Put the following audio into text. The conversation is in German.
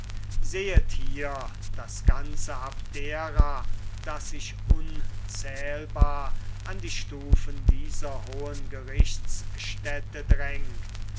sehet hier das ganze abdera das sich unzählbar an die stufen dieser hohen gerichtsstätte drängt